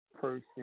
person